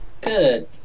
Good